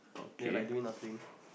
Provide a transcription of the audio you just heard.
they are like doing nothing